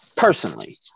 personally